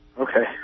Okay